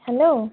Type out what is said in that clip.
hello